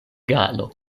galo